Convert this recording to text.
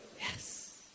Yes